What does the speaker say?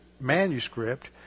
manuscript